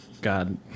god